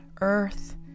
earth